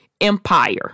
empire